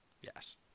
Yes